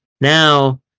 now